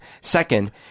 Second